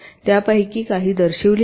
त्यापैकी काही दर्शविली आहेत